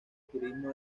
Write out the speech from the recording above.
turismo